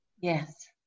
Yes